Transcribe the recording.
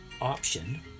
option